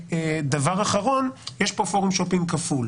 דבר אחרון, יש פה פורום שופינג כפול.